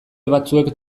batzuek